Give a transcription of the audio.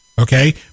Okay